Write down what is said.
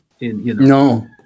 No